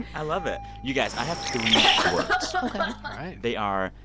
i love it. you guys, i have three words ok all right they are,